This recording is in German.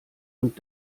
und